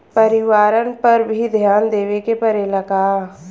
परिवारन पर भी ध्यान देवे के परेला का?